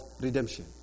redemption